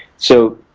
so,